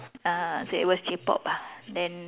ah so it was J-pop ah then